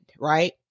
Right